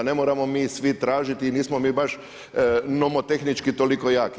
Ne moramo mi svi tražiti, nismo mi baš nomotehnički toliko jaki.